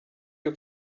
you